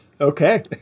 Okay